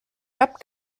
cap